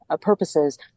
purposes